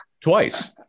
twice